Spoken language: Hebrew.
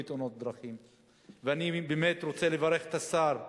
85%. 85%. אני חישבתי את כל השנים ביחד,